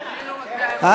כנ"ל.